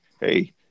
hey